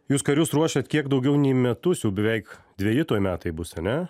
jūs karius ruošiat kiek daugiau nei metus jau beveik dveji tuoj metai bus ane